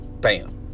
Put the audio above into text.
Bam